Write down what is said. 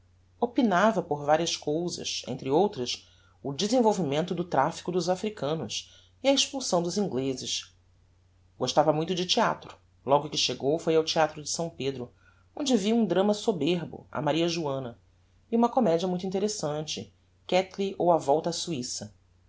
opinava por varias cousas entre outras o desenvolvimento do trafico dos africanos e a expulsão dos inglezes gostava muito de theatro logo que chegou foi ao theatro de s pedro onde viu um drama soberbo a maria joanna e uma comedia muito interessante kettly ou a volta á